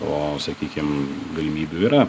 o sakykim galimybių yra